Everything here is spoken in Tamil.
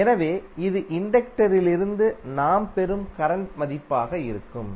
எனவே இது இண்டக்டரிலிருந்து நாம் பெறும் கரண்ட் மதிப்பாக இருக்கும்